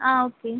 ஆ okay